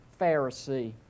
Pharisee